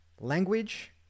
language